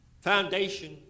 foundation